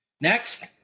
Next